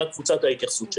מה קבוצת ההתייחסות שלו?